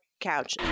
Couch